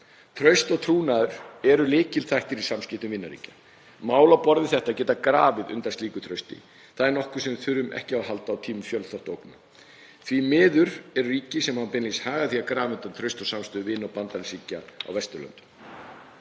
Traust og trúnaður eru lykilþættir í samskiptum vinaríkja. Mál á borð við þetta geta grafið undan slíku trausti. Það er nokkuð sem við þurfum ekki á að halda á tímum fjölþátta ógna. Því miður eru ríki sem hafa beinlínis hag af því að grafa undan trausti og samstöðu vina- og bandalagsríkja á Vesturlöndum.